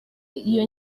iyo